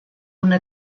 una